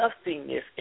nothingness